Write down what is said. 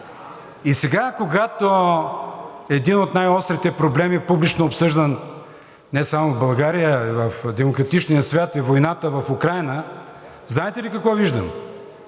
И сега, когато един от най-острите проблеми, публично обсъждан не само в България, а в демократичния свят, е войната в Украйна, знаете ли какво виждам?